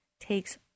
takes